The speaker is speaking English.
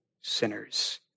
sinners